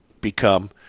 become